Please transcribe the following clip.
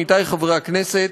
עמיתי חברי הכנסת,